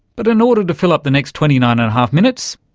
but in order to fill up the next twenty nine and a half minutes,